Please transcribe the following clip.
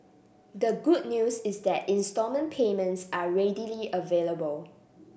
the good news is that installment payments are readily available